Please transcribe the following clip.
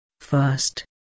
First